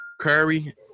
Curry